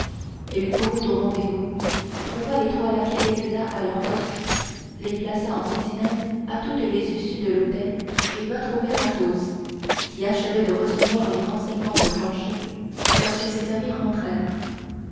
il courut au rendez-vous trouva les trois laquais exacts à leur poste les plaça en sentinelles à toutes les issues de l'hôtel et vint trouver athos qui achevait de recevoir les renseignements de planchet lorsque ses amis